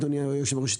אדוני היושב-ראש,